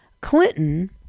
Clinton